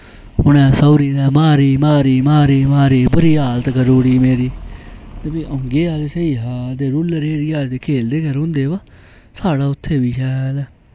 उनै सौरी दे मेरी मारी मारी मारी मारी बूरी हालत करूी ओड़ी मेरी आ'ऊं गेआ ते सेही हा उने दिनैं अस खेलदे गै रैह्ंदे हे पर साढ़ा उत्थैं बी शैल